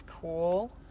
cool